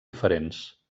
diferents